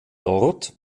dort